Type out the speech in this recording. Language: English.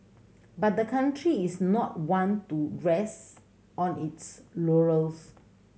but the country is not one to rest on its laurels